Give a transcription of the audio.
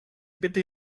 bitte